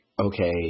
okay